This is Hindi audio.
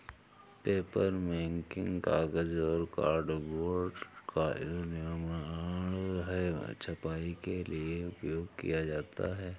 पेपरमेकिंग कागज और कार्डबोर्ड का निर्माण है छपाई के लिए उपयोग किया जाता है